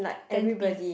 ten piece